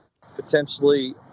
potentially